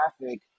traffic